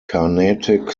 carnatic